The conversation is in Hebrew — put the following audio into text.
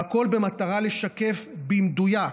והכול במטרה לשקף במדויק,